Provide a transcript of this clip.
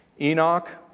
Enoch